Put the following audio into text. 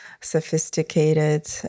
sophisticated